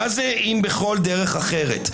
מה זה אם בכל דרך אחרת?